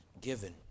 given